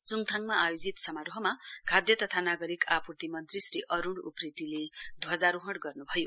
चुङथाङमा आयोजित समारोहमा खाध तथा नागरिक आपूर्ति मन्त्री श्री अरूण उप्रेतीले ध्वाजारोहण गर्न्भयो